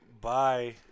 bye